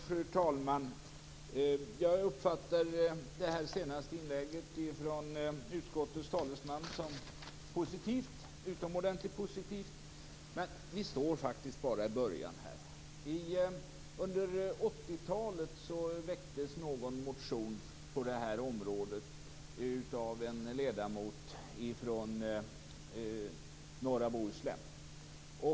Fru talman! Jag uppfattade det senaste inlägget från utskottets talesman som utomordentligt positivt. Men vi står faktiskt bara i början. Under 80-talet väcktes någon motion på det här området av en ledamot från norra Bohuslän.